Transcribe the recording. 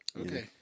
Okay